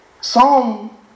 Psalm